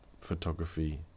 photography